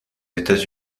états